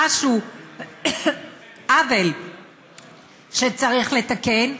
עוול שצריך לתקן,